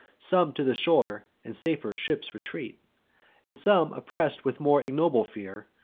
some to the shore and safer ships retreat and some, oppress'd with more ignoble fear,